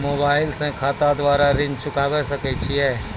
Mobile से खाता द्वारा ऋण चुकाबै सकय छियै?